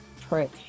prick